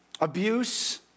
Abuse